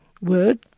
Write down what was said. word